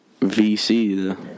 VC